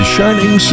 Shining